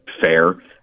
fair